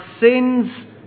sins